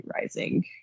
Rising